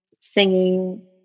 singing